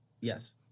Yes